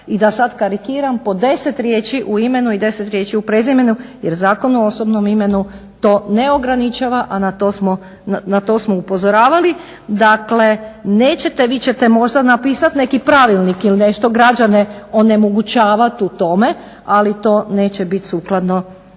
i da sad karikiram po deset riječi u imenu i deset riječi u prezimenu jer Zakon o osobnom imenu to ne ograničava, a na to smo upozoravali. Dakle vi ćete možda napisat neki pravilnik ili nešto građane onemogućavat u tome, ali to neće bit sukladno